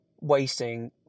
wasting